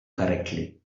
correctly